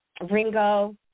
Ringo